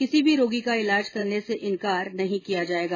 किसी भी रोगी का इलाज करने से इंकार नहीं किया जाएगा